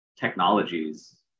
technologies